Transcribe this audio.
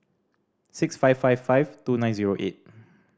six five five five two nine zero eight